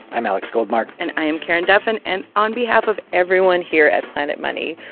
i'm alex goldmark and i am karen duffin. and on behalf of everyone here at planet money,